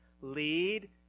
lead